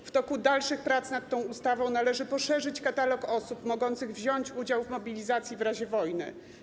W toku dalszych prac nad tą ustawą należy poszerzyć katalog osób mogących wziąć udział w mobilizacji w razie wojny.